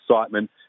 excitement